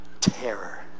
terror